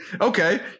okay